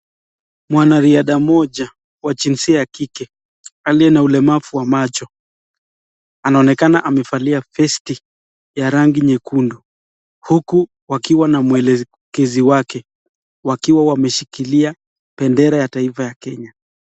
Mwanariadha mmoja wa jinsia ya kike aliye na ulemavu wa macho anaonekana amevalia vesti ya rangi nyekundu huku wakiwa na mwelekezi wake, wakiwa wameshikilia bendera ya taifa la Kenya.